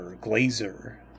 Glaser